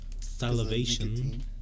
Salivation